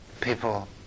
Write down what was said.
People